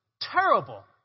terrible